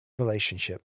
Relationship